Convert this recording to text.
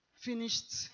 finished